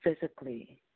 physically